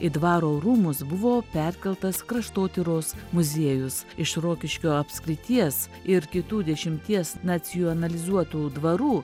į dvaro rūmus buvo perkeltas kraštotyros muziejus iš rokiškio apskrities ir kitų dešimties nacionalizuotų dvarų